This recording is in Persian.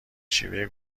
شیوه